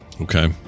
Okay